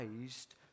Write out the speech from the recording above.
raised